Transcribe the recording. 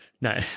No